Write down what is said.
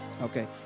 Okay